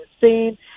seen